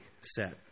set